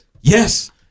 Yes